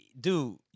dude